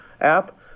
app